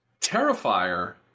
Terrifier